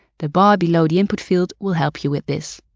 the bar below the input field will help you with this.